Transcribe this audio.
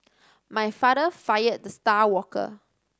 my father fired the star worker